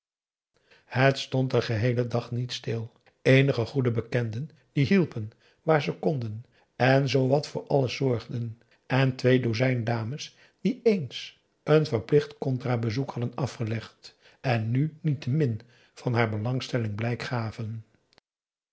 het stond den geheelen dag niet stil eenige goede bekenden die hielpen waar ze konden en zoowat voor alles zorgden en twee dozijn dames die ééns n verplicht contra bezoek hadden afgelegd en nu niettemin van haar belangstelling blijk gaven